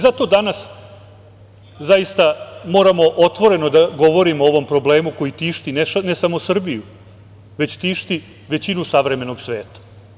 Zato danas zaista moramo otvoreno da govorimo o ovom problemu koji tišti ne samo Srbiju, već tišti većinu savremenog svega.